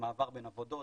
מעבר בין עבודות,